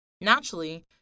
Naturally